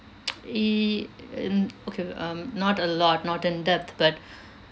i~ in okay um not a lot not in depth but